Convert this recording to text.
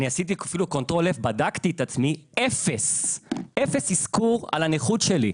ואפילו בדקתי את עצמי אפס אזכור על הנכות שלי.